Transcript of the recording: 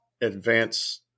advance